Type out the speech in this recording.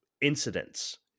incidents